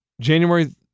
January